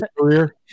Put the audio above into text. career